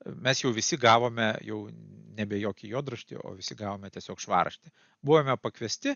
mes jau visi gavome jau nebe jokį juodraštį o visi gavome tiesiog švarraštį buvome pakviesti